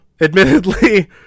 admittedly